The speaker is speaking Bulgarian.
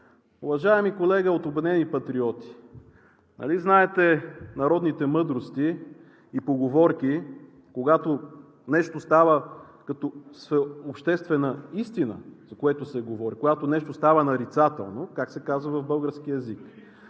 Уважаеми колега от „Обединени патриоти“, нали знаете народните мъдрости и поговорки, когато нещо става като съобществена истина, за което се говори, когато нещо става нарицателно, как се казва в българския език.